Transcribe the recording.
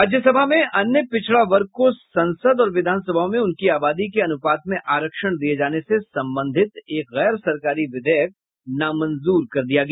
राज्यसभा में अन्य पिछड़ा वर्ग को संसद और विधानसभाओं में उनकी आबादी के अनुपात में आरक्षण दिए जाने से संबंधित एक गैर सरकारी विधेयक नामंजूर कर दिया गया